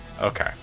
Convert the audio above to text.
Okay